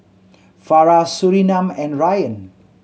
Farah Surinam and Ryan